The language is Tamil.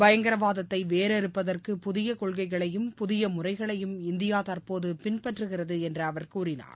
பயங்கரவாதத்தை வேரறப்பதற்கு புதிய கொள்கைகளையும் புதிய முறைகளையும் இந்தியா தற்போது பின்பற்றுகிறது என்று அவர் கூறினார்